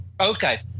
Okay